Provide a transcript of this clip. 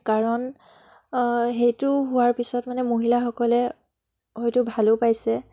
কাৰণ সেইটো হোৱাৰ পিছত মানে মহিলাসকলে হয়তো ভালো পাইছে